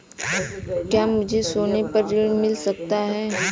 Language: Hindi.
क्या मुझे सोने पर ऋण मिल सकता है?